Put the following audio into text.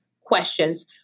questions